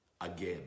again